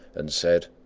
and said,